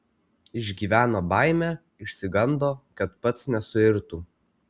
išgyveno baimę išsigando kad pats nesuirtų